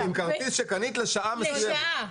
עם כרטיס שקנית לשעה מסוימת.